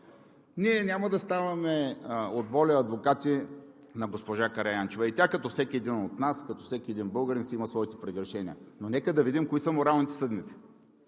няма да ставаме адвокати на госпожа Караянчева, и тя, като всеки един от нас, като всеки един българин си има своите прегрешения. Но нека да видим кои са моралните съдници,